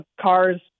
cars